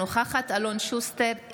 אינה נוכחת אלון שוסטר,